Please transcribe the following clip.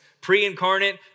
pre-incarnate